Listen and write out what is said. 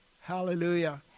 Hallelujah